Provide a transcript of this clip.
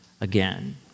again